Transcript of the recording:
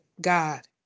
God